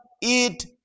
eat